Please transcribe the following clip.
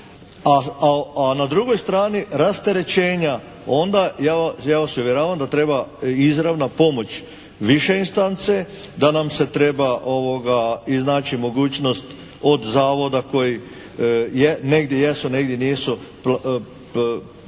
a na drugoj strani rasterećenja onda ja vas uvjeravam da treba izravna pomoć više instance, da nam se treba iznači mogućnost od zavoda koji negdje jesu negdje nisu